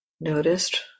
noticed